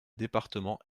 départements